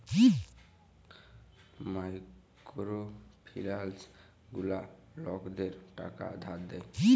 micro ফিলালস গুলা লকদের টাকা ধার দেয়